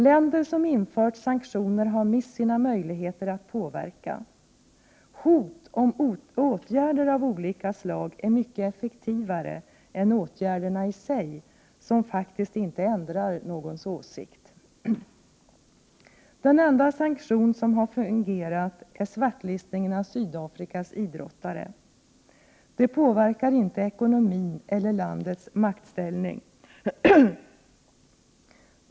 Länder som infört sanktioner har mist sina möjligheter att påverka. Hot om åtgärder av olika slag är mycket effektivare än åtgärderna i sig, som faktiskt inte ändrar någons åsikt. Den enda sanktion som har fungerat är svartlistningen av Sydafrikas idrottare. Den påverkar inte ekonomin eller landets maktställning.